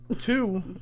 Two